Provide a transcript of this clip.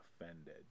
offended